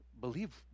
believe